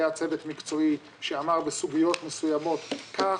היה צוות מקצועי שאמר בסוגיות מסוימות כך.